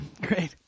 Great